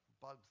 bugs